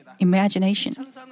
imagination